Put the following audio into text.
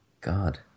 God